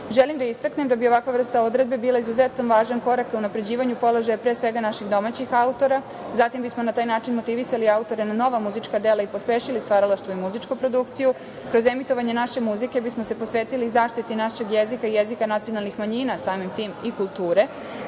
druge. Želim da istaknem da bi ovakva vrsta odredbi bile izuzetno važan korak ka unapređivanju položaja, pre svega naših domaćih autora, zatim bismo na taj način motivisali autore na nova muzička dela i pospešili stvaralaštvo i muzičku produkciju. Kroz emitovanje naše muzike bismo se posvetili i zaštiti našeg jezika i jezika nacionalnih manjina, samim tim i kulture